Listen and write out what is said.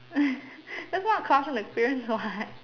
that's not a classroom experience [what]